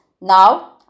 Now